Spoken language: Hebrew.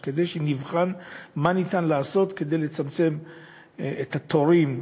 כדי ונבחן מה אפשר לעשות כדי לצמצם את התורים.